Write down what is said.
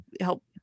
help